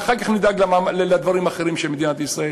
אחר כך נדאג לדברים האחרים של מדינת ישראל.